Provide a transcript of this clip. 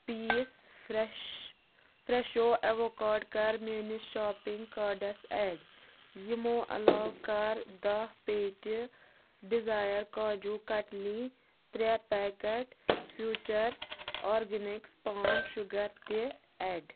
پیٖس fresh فرٛیٚشو avocado کَر mayonnaise shopping cards ایٚڈ یِمو علاوٕ کَر دہ پیٹہِ desire kaju katli tray packet future organics palm sugar تہِ ایڈ